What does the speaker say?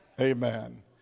Amen